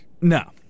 No